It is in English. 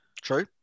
True